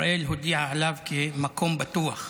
ישראל הודיעה עליו כמקום בטוח,